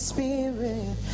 Spirit